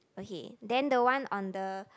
okay then the one on the